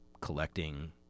collecting